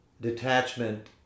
detachment